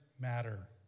matter